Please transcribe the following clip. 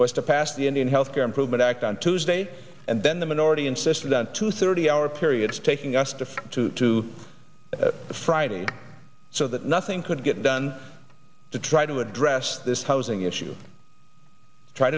was to pass the indian health care improvement act on tuesday and then the minority insisted on two thirty hour periods taking us to two to the friday so that nothing could get done to try to address this housing issue try